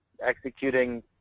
executing